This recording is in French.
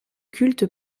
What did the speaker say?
culte